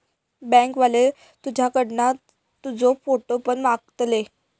bank वाले तुझ्याकडना तुजो फोटो पण मागतले